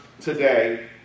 today